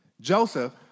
Joseph